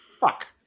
Fuck